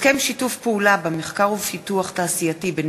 הסכם שיתוף פעולה במחקר ופיתוח תעשייתי בין